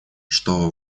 что